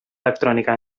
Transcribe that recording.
electrònica